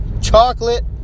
chocolate